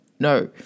No